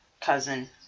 cousin